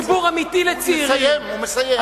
הוא מסיים.